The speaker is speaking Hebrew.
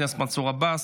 גרוע או לא,